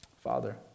Father